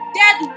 dead